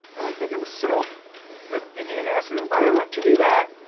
think it was silk that they need an acid environment to do that.